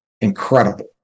incredible